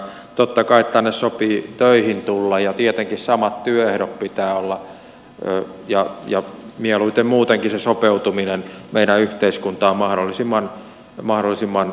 totta kai tänne sopii töihin tulla ja tietenkin samat työehdot pitää olla ja mieluiten muutenkin sen sopeutumisen meidän yhteiskuntaan mahdollisimman kattavaa